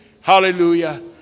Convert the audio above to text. Hallelujah